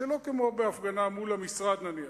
שלא כמו בהפגנה מול המשרד, נניח.